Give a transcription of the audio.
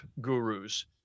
gurus